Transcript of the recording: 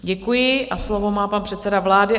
Děkuji a slovo má pan předseda vlády.